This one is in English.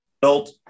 built